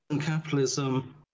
capitalism